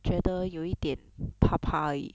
觉得有一点怕怕而已